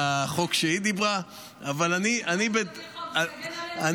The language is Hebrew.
על החוק שהיא דיברה -- אני מקווה שתחוקק חוק שיגן עלינו --- ששש.